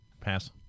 Pass